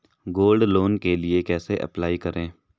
Gold loan के लिए कैसे अप्लाई करें?